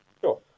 Sure